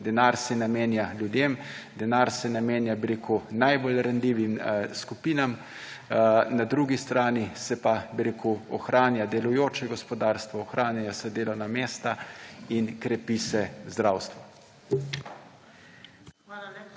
denar se namenja ljudem, denar se namenja, bi rekel, najbolj ranljivim skupinam. Na drugi strani se pa, bi rekel, ohranja delujoče gospodarstvo, ohranjajo se delovna mesta in krepi se zdravstvo.